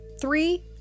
Three